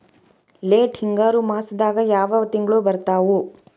Late ಹಿಂಗಾರು ಮಾಸದಾಗ ಯಾವ್ ತಿಂಗ್ಳು ಬರ್ತಾವು?